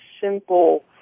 simple